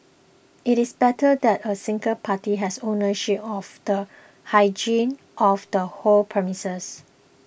it is better that a single party has ownership of the hygiene of the whole premise